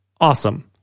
awesome